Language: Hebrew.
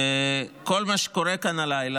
וכל מה שקורה כאן הלילה,